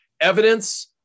Evidence